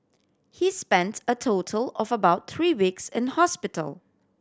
he spent a total of about three weeks in hospital